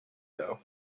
though